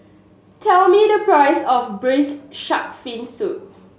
tell me the price of Braised Shark Fin Soup